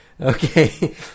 Okay